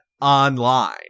online